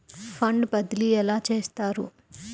Fund బదిలీ ఎలా చేస్తారు?